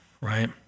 right